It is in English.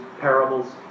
parables